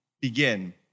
begin